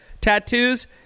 tattoos